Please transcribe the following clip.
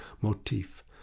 motif